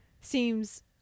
seems-